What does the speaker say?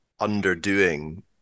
underdoing